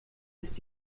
ist